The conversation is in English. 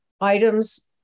items